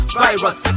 virus